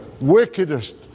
wickedest